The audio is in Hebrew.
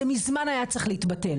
זה מזמן היה צריך להתבטל.